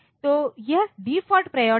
तो यह default priority है